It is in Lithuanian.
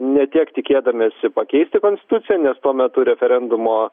ne tiek tikėdamiesi pakeisti konstituciją nes tuo metu referendumo